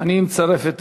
אני מצרף.